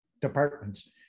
departments